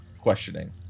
questioning